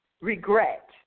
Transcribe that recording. regret